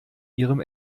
ihrem